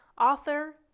author